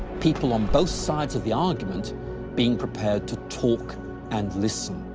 people on both sides of the argument being prepared to talk and listen,